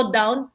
down